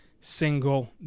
single